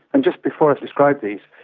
and just before i describe these,